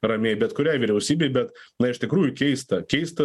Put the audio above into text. ramiai bet kuriai vyriausybei bet na iš tikrųjų keista keista